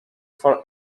for